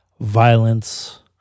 violence